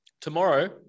tomorrow